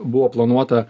buvo planuota